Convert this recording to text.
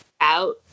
out